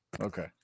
Okay